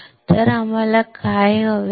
तर आम्हाला काय हवे आहे